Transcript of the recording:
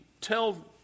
tell